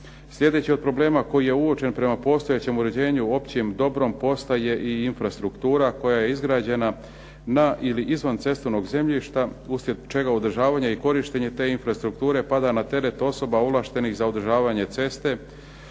Sljedeći od problema koji je uočen prema postojećem uređenju općim dobrom postaje infrastruktura koja je izgrađena na ili izvan cestovnog zemljišta uslijed čega održavanje i korištenje te infrastrukture pada na teret osoba ovlaštenih za održavanje ceste,